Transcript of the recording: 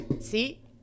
See